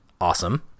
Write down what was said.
awesome